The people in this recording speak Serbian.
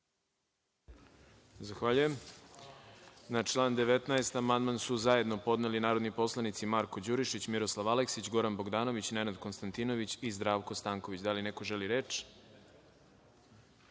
Zahvaljujem. Na član 19. amandman su zajedno podneli narodni poslanici Marko Đurišić, Miroslav Aleksić, Goran Bogdanović, Nenad Konstantinović i Zdravko Stanković. Da li neko želi reč?